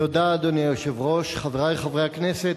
אדוני היושב-ראש, תודה, חברי חברי הכנסת,